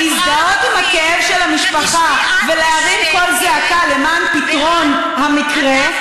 להזדהות עם הכאב של המשפחה ולהרים קול זעקה למען פתרון המקרה,